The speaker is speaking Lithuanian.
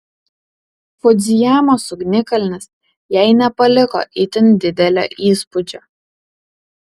fudzijamos ugnikalnis jai nepaliko itin didelio įspūdžio